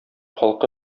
халкы